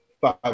five